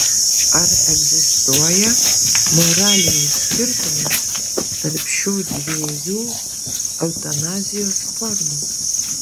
ar egzistuoja moralinis skirtumas tarp šių dviejų eutanazijos formų